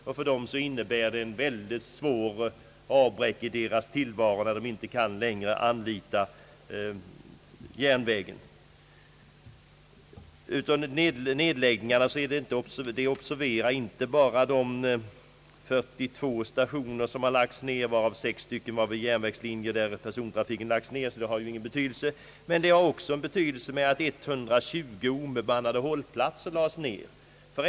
För dessa innebär det ett svårt avbräck i deras tillvaro att de inte längre kan anlita järnvägen. Av nedläggningarna bör man inte bara observera de 42 stationer som lagts ned, av vilka sex stationer fanns vid järnvägslinjer med nedlagd persontrafik, utan också att 120 obemannade hållplatser lagts ned.